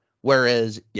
Whereas